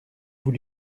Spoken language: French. vous